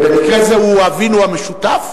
ובמקרה זה הוא אבינו המשותף,